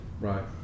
Right